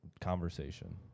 Conversation